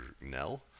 Nell